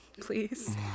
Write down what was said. please